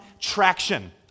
traction